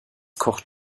kocht